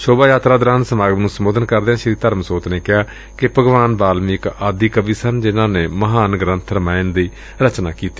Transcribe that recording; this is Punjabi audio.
ਸ਼ੋਭਾ ਯਾਤਰਾ ਦੌਰਾਨ ਸਮਾਗਮ ਨੁੰ ਸੰਬੋਧਨ ਕਰਦਿਆਂ ਸ੍ਰੀ ਧਰਮਸੋਤ ਨੇ ਕਿਹਾਕਿ ਭਗਵਾਨ ਵਾਲਮੀਕ ਆਦਿ ਕਵੀ ਸਨ ਜਿਨੂਾਂ ਨੇ ਮਹਾਨ ਗ੍ਰੰਥ ਰਮਾਇਣ ਦੀ ਰਚਨਾ ਕੀਤੀ